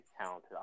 talented